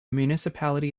municipality